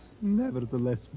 nevertheless